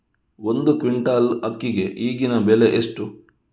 ಒಂದು ಕ್ವಿಂಟಾಲ್ ಅಕ್ಕಿಗೆ ಈಗಿನ ಬೆಲೆ ಎಷ್ಟು?